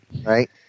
Right